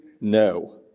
No